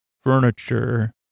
furniture